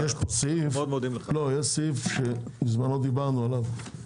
יש סף שבזמנו דיברנו עליו,